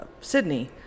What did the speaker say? sydney